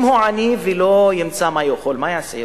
אם הוא עני ולא ימצא מה לאכול, מה הוא יעשה?